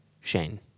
Shane